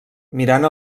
mirant